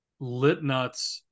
Litnuts